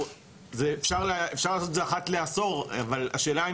אפשר לעשות את זה אחת לעשור אבל השאלה אם